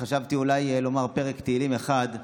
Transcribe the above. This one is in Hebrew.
חשבתי אולי לומר פרק תהילים אחד,